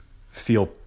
feel